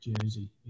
jersey